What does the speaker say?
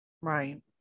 Right